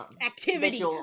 activity